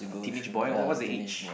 teenage boy what what's the age